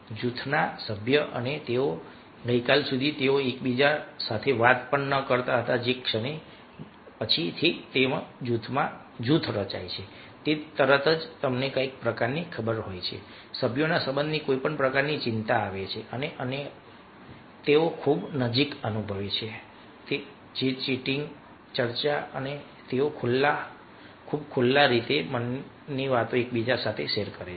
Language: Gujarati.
જૂથના સભ્ય અને તેઓ ગઈકાલ સુધી તેઓ એકબીજા સાથે વાત કરતા ન હતા જે ક્ષણે જૂથ રચાય છે તે તરત જ તમને કોઈક પ્રકારની ખબર હોય છે સભ્યોમાં સંબંધની કોઈ પ્રકારની ચિંતા આવે છે અને તેઓ ખૂબ નજીક અનુભવે છે અને ચેટિંગ ચર્ચા અને તેઓ ખૂબ ખુલ્લા બની જાય છે